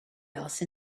else